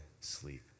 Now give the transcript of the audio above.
sleep